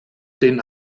den